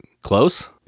close